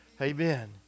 Amen